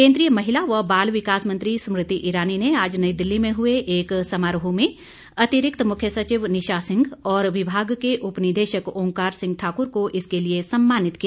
केन्द्रीय महिला व बाल विकास मंत्री स्मृति ईरानी ने आज नई दिल्ली में हए एक समारोह में अतिरिक्त मुख्य सचिव निशा सिंह और विभाग के उपनिदेशक ओंकार सिंह ठाकर को इसके लिए सम्मानित किया